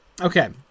okay